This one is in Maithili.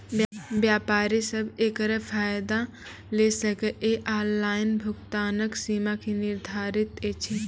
व्यापारी सब एकरऽ फायदा ले सकै ये? ऑनलाइन भुगतानक सीमा की निर्धारित ऐछि?